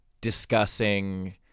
discussing